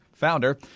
Founder